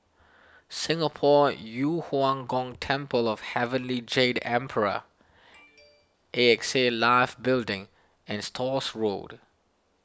Singapore Yu Huang Gong Temple of Heavenly Jade Emperor A X A Life Building and Stores Road